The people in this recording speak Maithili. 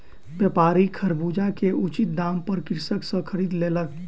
व्यापारी खरबूजा के उचित दाम पर कृषक सॅ खरीद लेलक